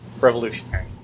revolutionary